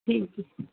ਠੀਕ ਹੈ